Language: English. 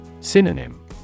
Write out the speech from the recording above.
Synonym